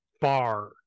bar